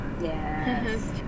Yes